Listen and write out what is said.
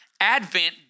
Advent